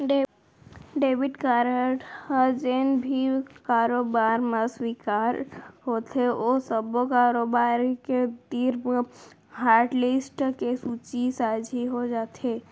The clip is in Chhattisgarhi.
डेबिट कारड ह जेन भी कारोबार म स्वीकार होथे ओ सब्बो कारोबारी के तीर म हाटलिस्ट के सूची ह साझी हो जाथे